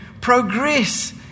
progress